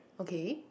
okay